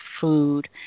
food